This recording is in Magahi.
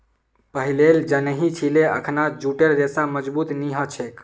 पहिलेल जानिह छिले अखना जूटेर रेशा मजबूत नी ह छेक